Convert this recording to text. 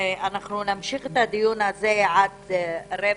נמשיך את הדיון הזה עד 10:45,